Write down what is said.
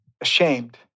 ashamed